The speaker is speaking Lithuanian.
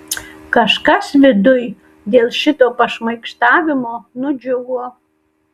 kažkas viduj dėl šito pašmaikštavimo nudžiugo